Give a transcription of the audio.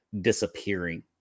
disappearing